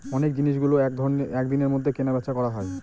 অনেক জিনিসগুলো এক দিনের মধ্যে কেনা বেচা করা হয়